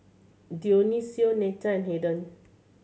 Dionicio Netta and Haiden